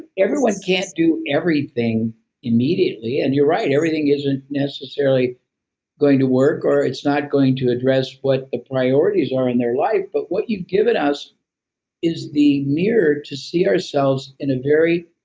everyone can't do everything immediately. and you're right. everything isn't necessarily going to work or it's not going to address what priorities are in their life, but what you've given us is the mirror to see ourselves in a very